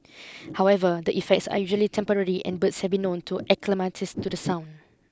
however the effects are usually temporary and birds have been known to acclimatise to the sound